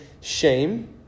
shame